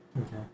Okay